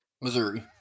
Missouri